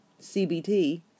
CBT